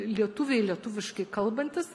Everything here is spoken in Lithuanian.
lietuviai lietuviškai kalbantys